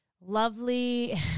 lovely